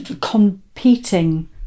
competing